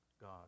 God